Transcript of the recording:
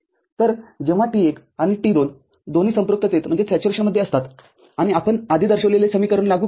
तरजेव्हा T१ आणि T२ दोन्ही संपृक्ततेत असतात आणि आपण आधी दर्शविलेले समीकरण लागू करतो